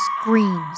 screams